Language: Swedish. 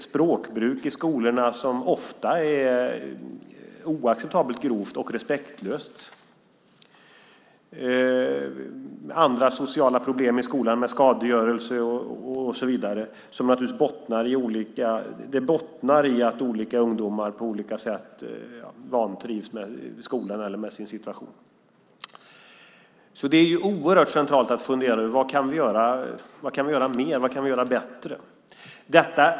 Språkbruket i skolorna är ofta oacceptabelt grovt och respektlöst. Det finns andra sociala problem i skolan, med skadegörelse och så vidare, som bottnar i att ungdomar på olika sätt vantrivs med skolan eller med sin situation. Det är oerhört centralt att fundera över: Vad kan vi göra mer? Vad kan vi göra bättre?